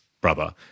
brother